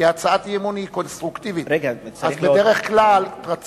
כי הצעת אי-אמון היא קונסטרוקטיבית.